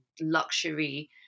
luxury